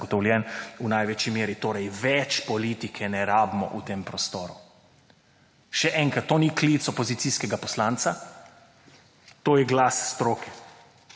zagotovljen v največji meri, torej več politike ne rabimo v tem prostoru. Še enkrat, to ni klic opozicijskega poslanca, to je glas stroke.